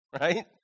right